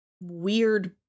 weird